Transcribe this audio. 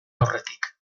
aurretik